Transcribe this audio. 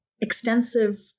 extensive